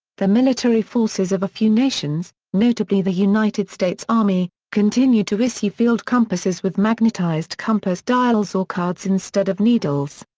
the military forces of a few nations, notably the united states army, continue to issue field compasses with magnetized compass dials or cards instead of needles.